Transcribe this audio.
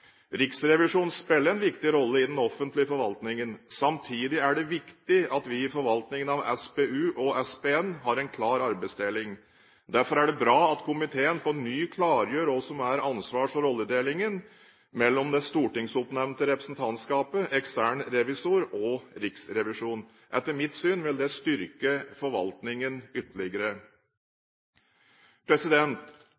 Riksrevisjonen spiller en viktig rolle i den offentlige forvaltningen. Samtidig er det viktig at vi i forvaltningen av SPU og SPN har en klar arbeidsdeling. Derfor er det bra at komiteen på ny klargjør hva som er ansvars- og rolledelingen mellom det stortingsoppnevnte representantskapet, ekstern revisor og Riksrevisjonen. Etter mitt syn vil det styrke forvaltningen ytterligere.